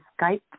Skype